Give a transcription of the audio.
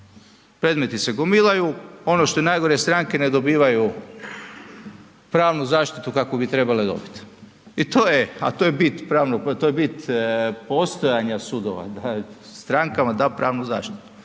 Predmeti se gomilaju, ono što je najgore stranke ne dobivaju pravnu zaštitu kakvu bi trebale dobit. I to je, a to je bit postojanja sudova, da strankama da pravnu zaštitu,